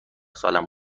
سالم